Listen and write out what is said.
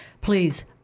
please